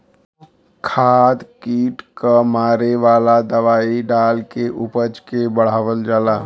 खाद कीट क मारे वाला दवाई डाल के उपज के बढ़ावल जाला